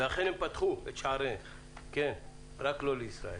ואכן הן פתחו את שעריהן רק לא ישראל.